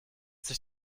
sich